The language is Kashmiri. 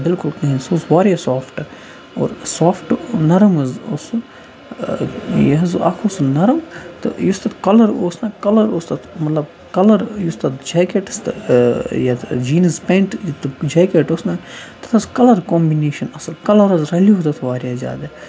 بلکل کِہیٖنۍ سُہ اوس واریاہ سافٹہٕ اور سافٹہٕ نرم حظ اوس سُہ یہِ حظ اَکھ اوس یہِ نرم تہٕ یُس تَتھ کَلَر اوس نہ کَلَر اوس تَتھ مطلب کَلَر یُس تَتھ جیکٮ۪ٹَس تہٕ یَتھ جیٖنٕز پٮ۪نٛٹ یہِ تہٕ جیکٮ۪ٹ اوس نہ تَتھ اوس کلَر کامبٕنیشَن اَصٕل کَلَر حظ رَلیو تَتھ واریاہ زیادٕ